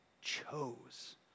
chose